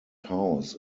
house